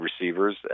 receivers